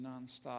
nonstop